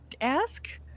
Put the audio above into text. ask